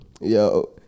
Yo